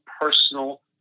personal